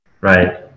right